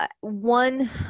one